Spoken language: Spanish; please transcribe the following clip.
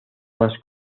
más